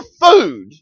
food